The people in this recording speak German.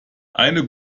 eine